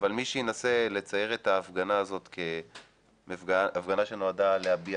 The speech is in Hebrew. אבל מי שינסה לצייר את ההפגנה הזאת כהפגנה שנועדה להביע